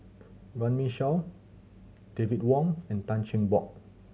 Runme Shaw David Wong and Tan Cheng Bock